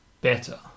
better